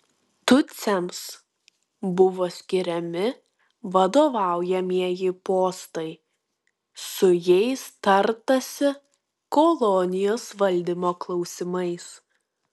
tutsiams buvo skiriami vadovaujamieji postai su jais tartasi kolonijos valdymo klausimais